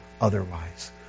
otherwise